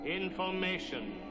information